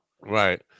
Right